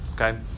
okay